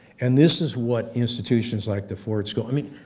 and this is what institutions like the ford school i mean,